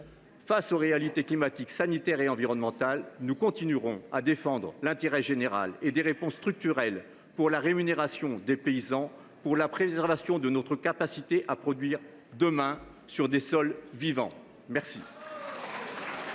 Face aux réalités climatiques, sanitaires et environnementales, nous continuerons de défendre l’intérêt général et des réponses structurelles pour la rémunération des paysans et la préservation de notre capacité à produire demain sur des sols vivants. Bravo